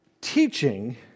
teaching